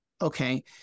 okay